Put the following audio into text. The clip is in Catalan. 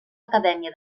acadèmia